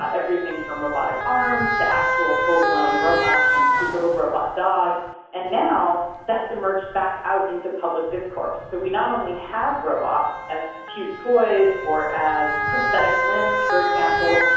everything from robotic arms to actual full-blown robots and cute little robot dogs and now that's emerged back out into public discourse. so we not only have robots as cute toys or as prosthetic limbs for example,